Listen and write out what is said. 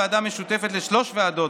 ועדה משותפת לשלוש ועדות,